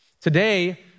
Today